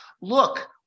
Look